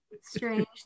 Strange